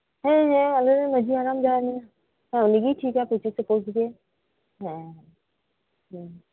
ᱦᱮᱸ ᱦᱮᱸ ᱟᱞᱮᱨᱮᱱ ᱢᱟᱺᱡᱷᱤ ᱦᱟᱲᱟᱢ ᱡᱟᱦᱟᱸᱭ ᱢᱮᱱᱟ ᱩᱱᱤᱜᱤᱭ ᱴᱷᱤᱠᱟ ᱯᱩᱪᱤᱥᱮ ᱯᱳᱥᱜᱮ ᱦᱮᱸ